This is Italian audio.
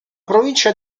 provincia